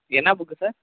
என்ன book sir